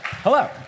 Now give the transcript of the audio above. Hello